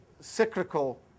cyclical